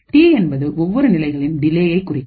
D என்பது ஒவ்வொரு நிலைகளின் டிலேயை குறிக்கும்